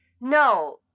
No